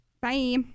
Bye